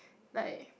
like